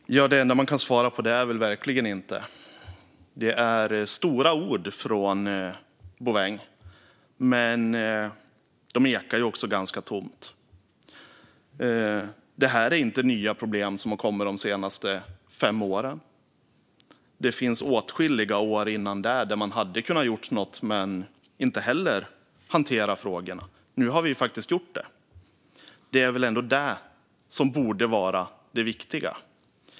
Herr talman! Det enda man kan svara på det är: verkligen inte. Det är stora ord från Bouveng, men de ekar ganska tomt. Det här är inte nya problem som har kommit de senaste fem åren. Det finns åtskilliga år dessförinnan då man hade kunnat göra något men inte hanterade frågorna. Nu har vi faktiskt gjort det, och det är väl ändå det som borde vara det viktiga.